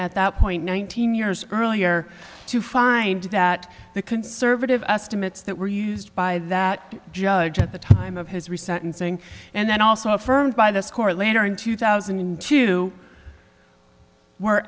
at that point nineteen years earlier to find that the conservative estimates that were used by that judge at the time of his research and saying and then also affirmed by this court later in two thousand and two were